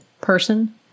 person